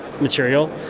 material